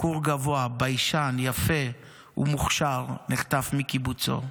בחור גבוה, ביישן, יפה, ומוכשר, נחטף מקיבוצו,